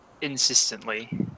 insistently